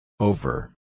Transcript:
Over